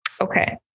Okay